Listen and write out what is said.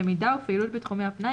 למידה ופעילות בתחומי הפנאי,